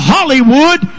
Hollywood